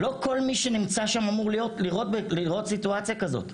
לא כל מי שנמצא שם אמור לראות סיטואציה כזאת.